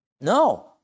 No